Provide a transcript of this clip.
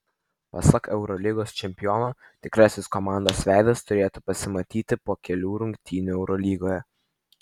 pasak eurolygos čempiono tikrasis komandos veidas turėtų pasimatyti po kelių rungtynių eurolygoje